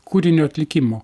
kūrinio atlikimo